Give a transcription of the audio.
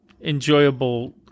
enjoyable